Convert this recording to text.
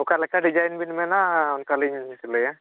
ᱚᱠᱟ ᱞᱮᱠᱟ ᱰᱤᱡᱟᱭᱤᱱ ᱵᱮᱱ ᱢᱮᱱᱟ ᱚᱱᱠᱟᱞᱤᱧ ᱥᱤᱞᱟᱹᱭᱟ